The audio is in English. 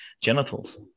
genitals